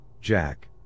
Jack